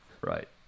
Right